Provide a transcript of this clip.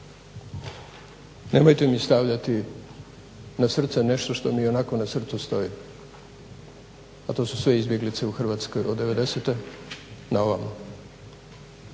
Nemojte mi stavljati na srce nešto što mi ionako na srcu stoji, a to su sve izbjeglice u Hrvatskoj od 90.-te na ovom.